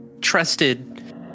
trusted